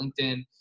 LinkedIn